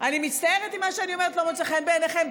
אני מצטערת אם מה שאני אומרת לא מוצא חן בעיניכם.